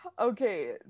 Okay